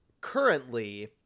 currently